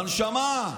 בנשמה,